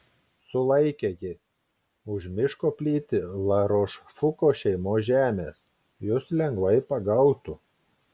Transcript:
sulaikė ji už miško plyti larošfuko šeimos žemės jus lengvai pagautų